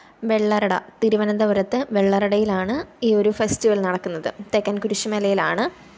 വെള്ളറട തിരുവനന്തപുരത്ത് വെള്ളറടയിലാണ് ഈ ഒരു ഫെസ്റ്റിവല് നടക്കുന്നത് തെക്കന് കുരിശുമലയിലാണ്